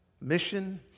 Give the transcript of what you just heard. mission